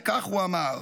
וכך הוא אמר: